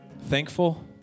thankful